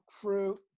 fruit